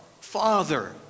Father